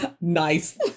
Nice